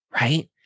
right